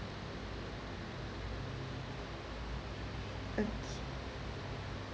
okay